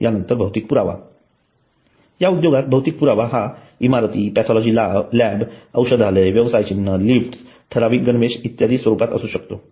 यानंतर भौतिक पुरावा या उद्योगात भौतिक पुरावा हा इमारती पॅथॉलॉजी लॅब औषधालय व्यवसाय चिन्ह लिफ्ट्स ठराविक गणवेश इत्यादी स्वरूपात असू शकतो